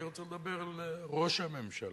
אני רוצה לדבר על ראש הממשלה.